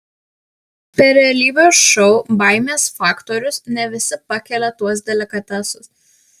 per realybės šou baimės faktorius ne visi pakelia tuos delikatesus